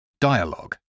dialogue